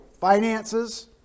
finances